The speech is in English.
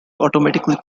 automatically